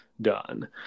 done